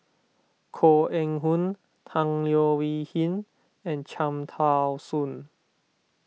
Koh Eng Hoon Tan Leo Wee Hin and Cham Tao Soon